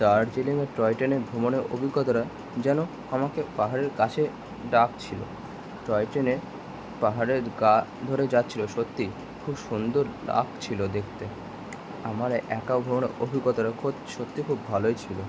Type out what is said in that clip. দার্জিলিংয়ের টয় ট্রেনে ভ্ৰমণের অভিজ্ঞতাটা যেন আমাকে পাহাড়ের কাছে ডাকছিলো টয় ট্রেনে পাহাড়ের গা ধরে যাচ্ছিলো সত্যি খুব সুন্দর লাগছিলো দেখতে আমার একা ঘোরার অভিজ্ঞতাটা সত্যি খুব ভালোই ছিলো